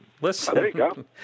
Listen